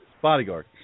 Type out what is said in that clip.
bodyguard